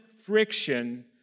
friction